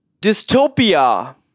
dystopia